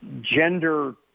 gender